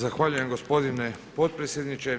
Zahvaljujem gospodine potpredsjedniče.